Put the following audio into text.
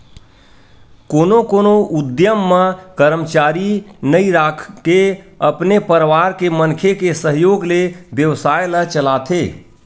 कोनो कोनो उद्यम म करमचारी नइ राखके अपने परवार के मनखे के सहयोग ले बेवसाय ल चलाथे